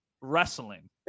wrestling